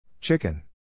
Chicken